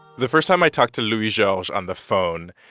the first time i talked to louis-georges on the phone,